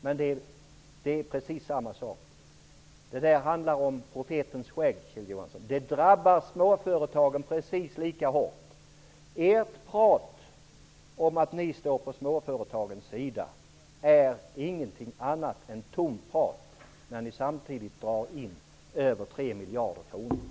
Men det är precis samma sak. Det är en tvist om profetens skägg, Kjell Johansson. Det drabbar småföretagen precis lika hårt. Ert tal om att ni står på småföretagens sida är ingenting annat än tomt prat när ni samtidigt drar in över 3 miljarder kronor.